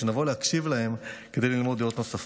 שנבוא להקשיב להם כדי ללמוד דעות נוספות.